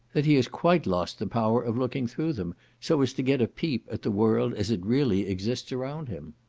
that he has quite lost the power of looking through them, so as to get a peep at the world as it really exists around him.